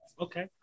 okay